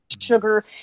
sugar